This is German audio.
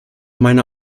meiner